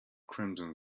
crimson